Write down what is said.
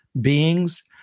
beings